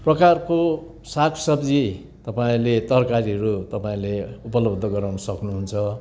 प्रकारको साग सब्जी तपाईँहरूले तरकारीहरू तपाईँले उपलब्ध गराउन सक्नुहुन्छ